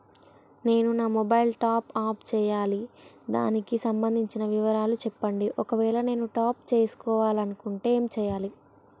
నేను నా mobile top up చేయాలి దానికి సంబంధించిన వివరాలు చెప్పండి ఒకవేళ నేను టాప్ చేసుకోవాలనుకుంటే ఏం చేయాలి?